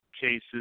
cases